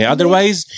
Otherwise